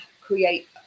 create